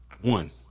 one